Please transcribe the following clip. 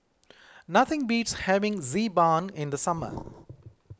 nothing beats having Xi Ban in the summer